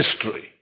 history